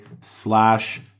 slash